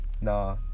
Nah